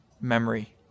memory